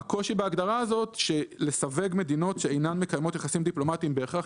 הקושי בהגדרה הזאת לסווג מדינות שאינן מקיימות יחסים דיפלומטיים בהכרח,